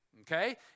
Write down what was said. Okay